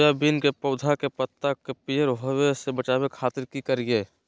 Soybean के पौधा के पत्ता के पियर होबे से बचावे खातिर की करिअई?